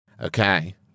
Okay